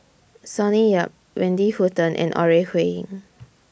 Sonny Yap Wendy Hutton and Ore Huiying